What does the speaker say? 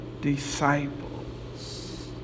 disciples